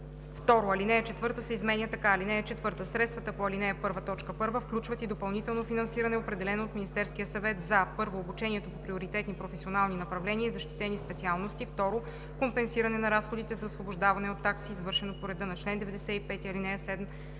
3.“ 2. Алинея 4 се изменя така: „(4) Средствата по ал. 1, т. 1 включват и допълнително финансиране, определено от Министерския съвет, за: 1. обучението по приоритетни професионални направления и защитени специалности; 2. компенсиране на разходите за освобождаване от такси, извършено по реда на чл. 95,